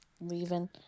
leaving